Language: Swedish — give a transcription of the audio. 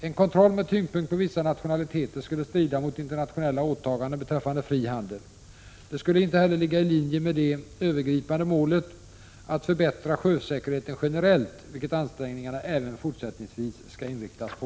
En kontroll med tyngdpunkt på vissa nationaliteter skulle strida mot internationella åtaganden beträffande fri handel. Det skulle inte heller ligga i linje med det övergripande målet att förbättra sjösäkerheten generellt, vilket ansträngningarna även fortsättningsvis skall inriktas på.